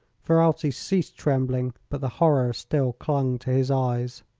ferralti ceased trembling, but the horror still clung to his eyes.